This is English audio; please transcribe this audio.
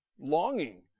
longing